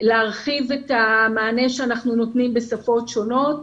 להרחיב את המענה שאנחנו נותנים בשפות שונות.